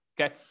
Okay